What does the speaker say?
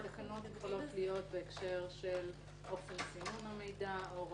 התקנות יכולות להיות בהקשר של אופן סינון המידע והעברתו.